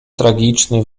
tragiczny